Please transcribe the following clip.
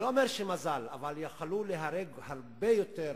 אני לא אומר מזל, אבל יכלו להיהרג הרבה יותר